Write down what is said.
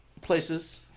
places